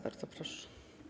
Bardzo proszę.